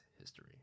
history